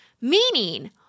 Meaning